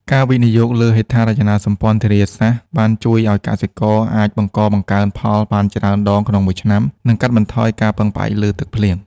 ការវិនិយោគលើហេដ្ឋារចនាសម្ព័ន្ធធារាសាស្ត្រ បានជួយឱ្យកសិករអាចបង្កបង្កើនផលបានច្រើនដងក្នុងមួយឆ្នាំ និងកាត់បន្ថយការពឹងផ្អែកលើទឹកភ្លៀង។